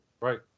Right